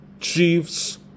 Chiefs